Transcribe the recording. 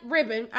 Ribbon